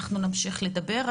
אנחנו נמשיך לדבר.